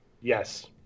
Yes